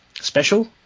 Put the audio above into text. special